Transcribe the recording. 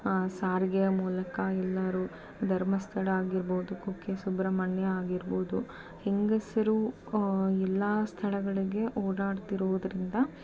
ಸಾರಿಗೆಯ ಮೂಲಕ ಎಲ್ಲರೂ ಧರ್ಮಸ್ಥಳ ಆಗಿರ್ಬೌದು ಕುಕ್ಕೆ ಸುಬ್ರಹ್ಮಣ್ಯ ಆಗಿರ್ಬೋದು ಹೆಂಗಸರು ಎಲ್ಲ ಸ್ಥಳಗಳಿಗೆ ಓಡಾಡ್ತಿರುವುದರಿಂದ